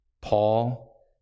Paul